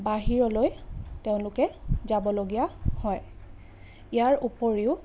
বাহিৰলৈ তেওঁলোকে যাবলগীয়া হয় ইয়াৰ উপৰিও